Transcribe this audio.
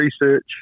research